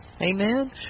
Amen